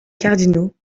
cardinaux